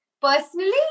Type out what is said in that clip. Personally